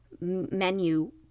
menu